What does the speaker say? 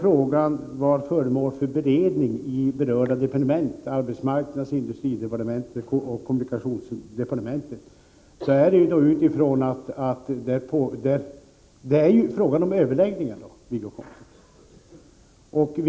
frågan var föremål för beredning i berörda departement — arbetsmarknads-, industrioch kommunikationsdepartementen — så är det ju fråga om överläggningar, Wiggo Komstedt.